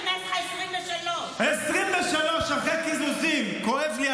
נכנס לך 23,000. 23,000 אחרי קיזוזים.